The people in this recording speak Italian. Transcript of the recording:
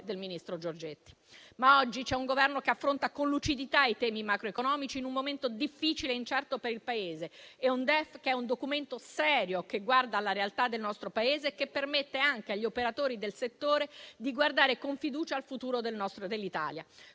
del ministro Giorgetti. Oggi però c'è un Governo che affronta con lucidità i temi macroeconomici in un momento difficile e incerto per il Paese. Questo DEF è un Documento serio che guarda alla realtà del nostro Paese e che permette anche agli operatori del settore di guardare con fiducia al futuro dell'Italia.